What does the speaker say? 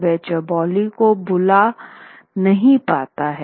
वह चौबोली को बुला नहीं पाता है